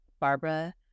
Barbara